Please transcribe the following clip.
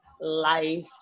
life